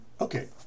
Okay